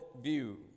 view